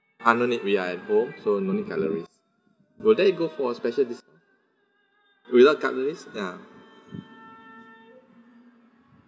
ah we are at home so no need cutleries will that go for a special discount without cutleries ya